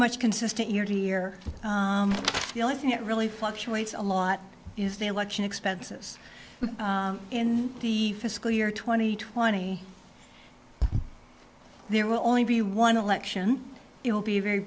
much consistent year to year the only thing that really fluctuates a lot is the election expenses in the fiscal year twenty twenty there will only be one election it will be a very